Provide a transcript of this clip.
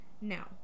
Now